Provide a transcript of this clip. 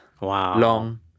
long